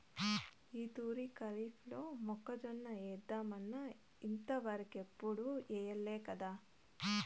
ఈ తూరి కరీఫ్లో మొక్కజొన్న ఏద్దామన్నా ఇంతవరకెప్పుడూ ఎయ్యలేకదా